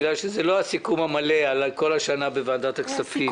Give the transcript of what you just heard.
בגלל שזה לא הסיכום המלא על כל השנה בוועדת הכספים.